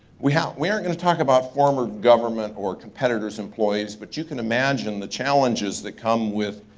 we aren't we aren't gonna talk about form of government or competitors' employees but you can imagine the challenges that come with